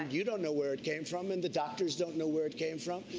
you don't know where it came from. and the doctors don't know where it came from.